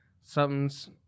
something's